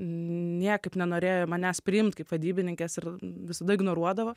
niekaip nenorėjo manęs priimti kaip vadybininkės ir visada ignoruodavo